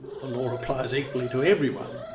the law applies equally to everyone,